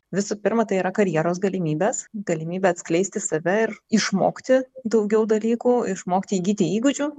visų pirma tai yra karjeros galimybes galimybė atskleisti save ir išmokti daugiau dalykų išmokti įgyti įgūdžių